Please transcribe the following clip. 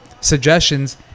suggestions